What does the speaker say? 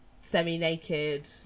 semi-naked